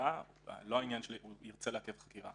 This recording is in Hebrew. חקירה לא העניין שירצה לעכב חקירה.